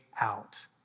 out